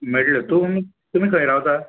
मेळ्ळे तूं तुमी खंय रावता